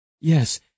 yes